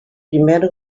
primer